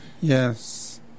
Yes